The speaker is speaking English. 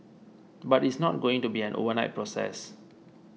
but it's not going to be an overnight process